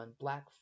black